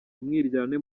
umwiryane